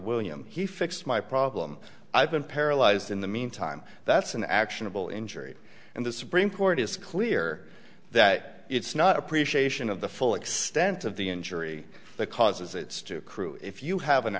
william he fixed my problem i've been paralyzed in the mean time that's an actionable injury and the supreme court is clear that it's not appreciation of the full extent of the injury that causes it's to crew if you have an